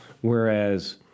whereas